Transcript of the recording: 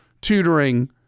tutoring